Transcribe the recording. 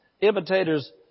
Imitators